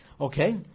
Okay